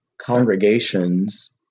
congregations